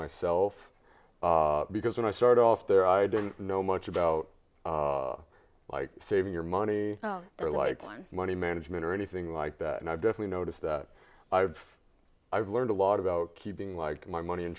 myself because when i start off there i didn't know much about like saving your money they're like mine money management or anything like that and i've definitely noticed that i've i've learned a lot about keeping like my money in